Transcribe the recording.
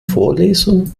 vorlesung